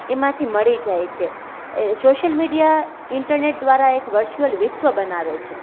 એમાંથી મળી જાય છે સોશિયલ મીડિયા ઇન્ટરનેટ દ્વારા એક વર્ચ્યુઅલ વિશ્વ બનાવે છે